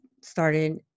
started